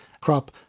crop